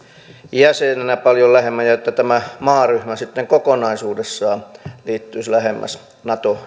jäsenenä paljon lähemmin ja että tämä maaryhmä sitten kokonaisuudessaan liittyisi lähemmäs nato